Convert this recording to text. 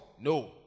No